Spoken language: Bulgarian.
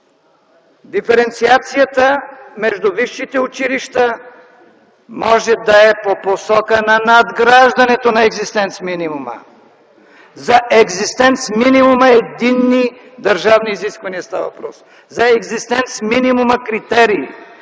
Диференциацията между висшите училища може да е по посока на надграждането на екзистенц-минимума. За екзистенц-минимум единни държавни изисквания става въпрос, за екзистенц-мининума критерии.